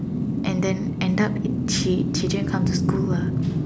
and then end up she she didn't come to school lah